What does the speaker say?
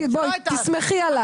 תסמכי עליי.